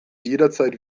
jederzeit